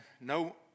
no